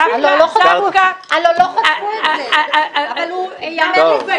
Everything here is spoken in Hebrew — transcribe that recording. ייאמר לזכותו שבקיזוז כספי המחבלים --- בעניין